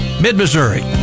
Mid-Missouri